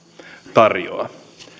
tarjoaa